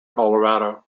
colorado